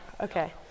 okay